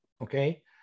Okay